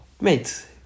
Mate